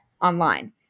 online